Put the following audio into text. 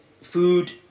Food